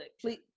Please